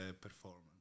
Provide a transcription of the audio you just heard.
performance